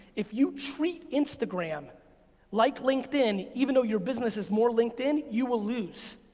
if you treat instagram like linkedin, even though your business is more linkedin, you will lose.